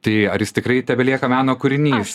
tai ar jis tikrai tebelieka meno kūrinys